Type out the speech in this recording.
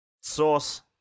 Sauce